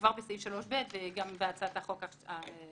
כבר בסעיף 3ב וגם בהצעת החוק העכשווית.